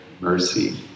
mercy